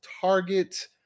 target